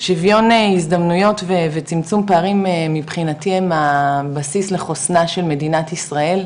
שיווין הזדמנויות וצמצום פערים מבחינתי הם הבסיס לחוסנה של מדינת ישראל,